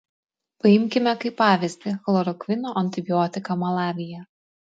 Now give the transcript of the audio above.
paimkime kaip pavyzdį chlorokvino antibiotiką malavyje